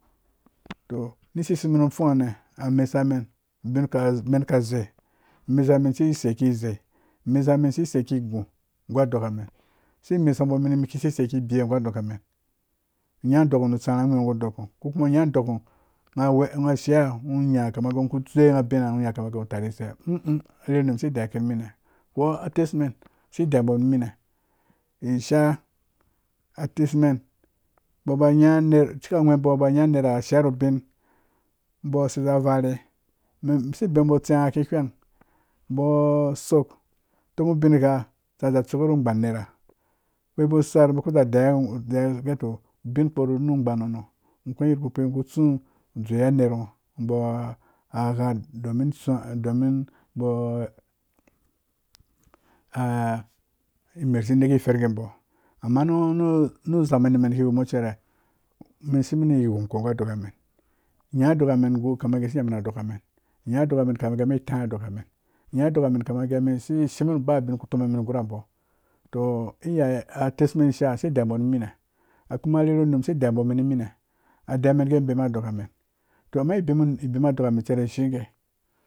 Ni siseimen nu fungha ne a mesa men a bin amen ka zei, amesa men siseiki zei amesamen sisei ki gũ ngu adokam asi mesambomenmen ki sisei ki bewe gu adokamen nya dokan ngho nu tsarhã ngwii ngho gu duka ngho. ko kuma ngho nya dokan ngho ngha ashiya, ngho nya kama gee ngho nya kama gɛɛ ngho utare iseh. ĩĩ a rherhu num asi deyake umen nimine ko atesmen asi deyabo men nimine isha atesmen umbo ba nya ciki ngwebo aba nya unera ashiya ru ubin ubo asei na verhe asi bemumbo utsɛɛ ngha ki ngweng ubo asok a tomu ubin gha atsãã za tsuke ru u gban nera. ukpe uba sar ubo kpe za deiyiwe gɛɛ to ubin gha upkɔ ru ugban ngho nɔ ngho gweng yadda kpukpi ngho ki tsũ u dzowe aner ngho domin ubo imerh isi meki ferge ubo amma nu zamani mena ki wumo cere umen shimen ni ghong ko gu adokamen nya adokamin kama gɛɛ isi nya men adokamen nya adokamen kama gɛɛ shimen nu ba ubin ku toma men gurabo to iyaye atesmen shaa kuma arherhu num asi daye wake umen rimina a deijiwa men gɛɛ men bema doka to amma ibema dok icere shiga.